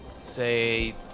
say